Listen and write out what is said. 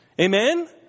Amen